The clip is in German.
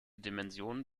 dimension